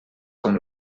com